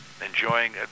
enjoying